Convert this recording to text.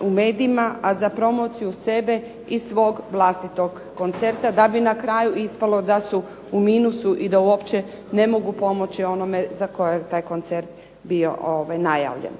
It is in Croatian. u medijima, a za promociju sebe i svog vlastitog koncerta, da bi na kraju ispalo da su u minusu i da uopće ne mogu pomoći onome za koje je taj koncert bio najavljen.